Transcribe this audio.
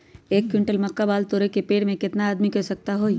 एक क्विंटल मक्का बाल तोरे में पेड़ से केतना आदमी के आवश्कता होई?